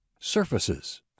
Surfaces